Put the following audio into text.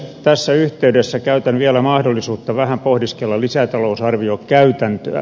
tässä yhteydessä käytän vielä mahdollisuutta vähän pohdiskella lisätalousarviokäytäntöä